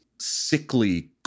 sickly